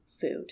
food